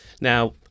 Now